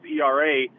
ERA